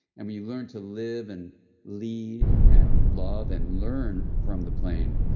and when you learn to live and lead and love and learn from the plane,